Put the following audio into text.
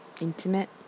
intimate